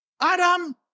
Adam